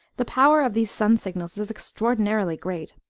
the power of these sun-signals is extraordinarily great.